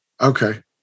Okay